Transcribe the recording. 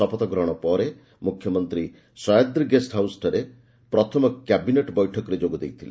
ଶପଥ ଗ୍ରହଣ ପରେ ପରେ ମୁଖ୍ୟମନ୍ତ୍ରୀ ଶୟାଦ୍ରୀ ଗେଷ୍ଟ ହାଉସ୍ଠାରେ ପ୍ରଥମ କ୍ୟାବିନେଟ୍ ବୈଠକରେ ଯୋଗ ଦେଇଥିଲେ